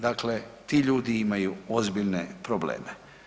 Dakle, ti ljudi imaju ozbiljne probleme.